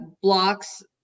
blocks